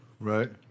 Right